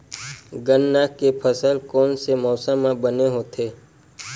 गन्ना के फसल कोन से मौसम म बने होथे?